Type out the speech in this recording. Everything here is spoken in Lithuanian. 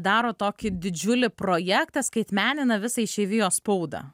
daro tokį didžiulį projektą skaitmenina visą išeivijos spaudą